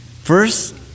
First